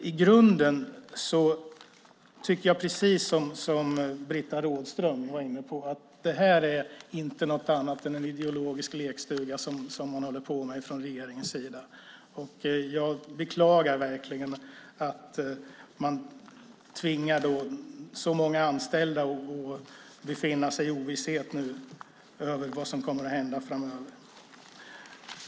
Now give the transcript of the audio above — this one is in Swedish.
I grunden tycker jag, precis som Britta Rådström var inne på, att det här inte är något annat än en ideologisk lekstuga som man håller på med från regeringens sida. Jag beklagar verkligen att man tvingar så många anställda att befinna sig i ovisshet om vad som kommer att hända framöver.